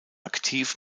aktiv